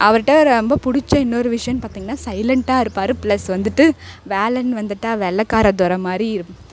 அவர்கிட்ட ரொம்ப பிடிச்ச இன்னொரு விஷயன்னு பார்த்தீங்கன்னா சைலெண்ட்டாக இருப்பார் ப்ளஸ் வந்துட்டு வேலைன்னு வந்துட்டா வெள்ளக்கார துரை மாதிரி